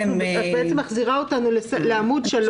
את בעצם מחזירה אותנו לעמוד 3,